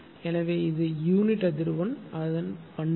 எனவே இது யூனிட் அதிர்வெண் அதன் பண்புகள்